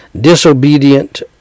disobedient